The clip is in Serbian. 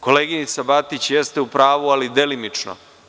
Koleginica Batić jeste u pravu ali delimično.